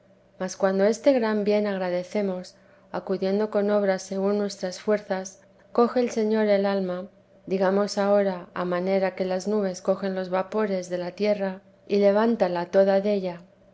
mas cuando este gran bien agradecemos acudiendo con obras según nuestras fuerzas coge el señor el alma digamos ahora a manera que las nubes cogen los vapores de la tierra y levántala toda della